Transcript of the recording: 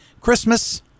christmas